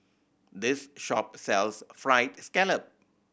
this shop sells Fried Scallop